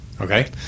okay